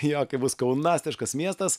jo kai bus kaunastiškas miestas